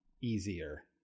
easier